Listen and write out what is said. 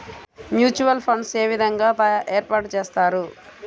Mutual funds ఏ విధంగా ఏర్పాటు చేస్తారు?